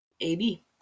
AB